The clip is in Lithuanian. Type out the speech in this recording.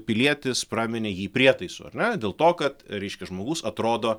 pilietis praminė jį prietaisu ar ne dėl to kad reiškia žmogus atrodo